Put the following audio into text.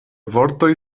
vortoj